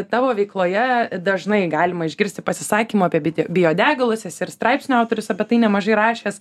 tavo veikloje dažnai galima išgirsti pasisakymą apie bitio biodegalus esi ir straipsnio autorius apie tai nemažai rašęs